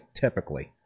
typically